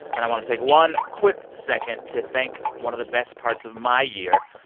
and i want to take one quick second to thank one of the best parts of my year,